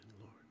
Lord